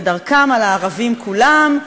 ודרכם על הערבים כולם.